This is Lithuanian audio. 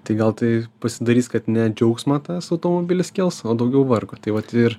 tai gal tai pasidarys kad ne džiaugsmą tas automobilis kels o daugiau vargo tai vat ir